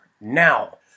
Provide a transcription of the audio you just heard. now